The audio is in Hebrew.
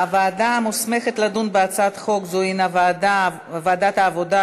הוועדה המוסמכת לדון בהצעת חוק זו היא ועדת העבודה,